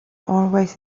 always